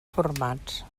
formats